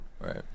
right